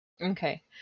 Okay